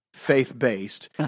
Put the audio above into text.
faith-based